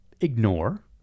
ignore